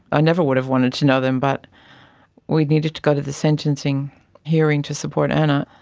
i never would have wanted to know them but we needed to go to the sentencing hearing to support anna.